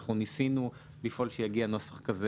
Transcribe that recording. אנחנו סברנו וניהלנו על זה לא מעט